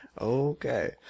Okay